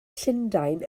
llundain